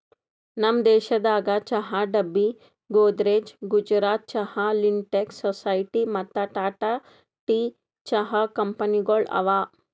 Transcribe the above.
ನಮ್ ದೇಶದಾಗ್ ಚಹಾ ಡಬ್ಬಿ, ಗೋದ್ರೇಜ್, ಗುಜರಾತ್ ಚಹಾ, ಲಿಂಟೆಕ್ಸ್, ಸೊಸೈಟಿ ಮತ್ತ ಟಾಟಾ ಟೀ ಚಹಾ ಕಂಪನಿಗೊಳ್ ಅವಾ